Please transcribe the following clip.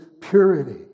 purity